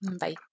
Bye